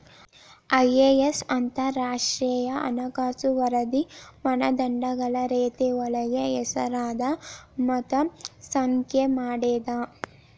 IAS ಅಂತರಾಷ್ಟ್ರೇಯ ಹಣಕಾಸು ವರದಿ ಮಾನದಂಡಗಳ ರೇತಿಯೊಳಗ ಹೆಸರದ ಮತ್ತ ಸಂಖ್ಯೆ ಮಾಡೇದ